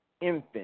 infant